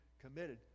committed